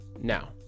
Now